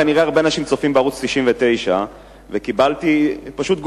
כנראה הרבה אנשים צופים בערוץ 99. קיבלתי תגובה